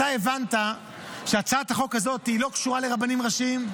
אתה הבנת שהצעת החוק הזאת לא קשורה לרבנים ראשיים?